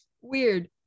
weird